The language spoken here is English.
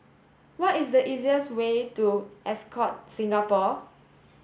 what is the easiest way to Ascott Singapore